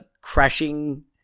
crashing